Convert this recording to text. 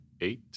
eight